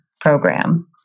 program